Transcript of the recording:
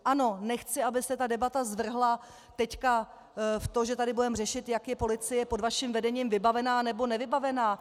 Ano, nechci, aby se ta debata zvrhla teď v to, že tady budeme řešit, jak je policie pod vaším vedením vybavená, nebo nevybavená.